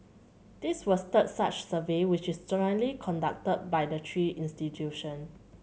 this was third such survey which is jointly conducted by the three institution